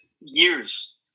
Years